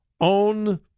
own